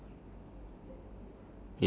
ya one box with tennis racket